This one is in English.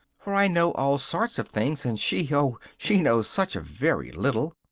for i know all sorts of things, and she, oh! she knows such a very little!